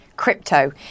crypto